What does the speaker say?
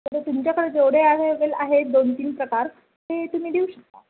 बरं तुमच्याकडे जेवढे अव्हेलेबल आहेत दोन तीन प्रकार ते तुम्ही देऊ शकता